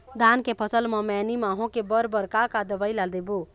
धान के फसल म मैनी माहो के बर बर का का दवई ला देबो?